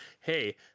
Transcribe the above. hey